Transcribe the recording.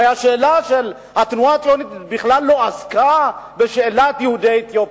הרי התנועה הציונית בכלל לא עסקה בשאלת יהודי אתיופיה,